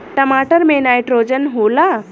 टमाटर मे नाइट्रोजन होला?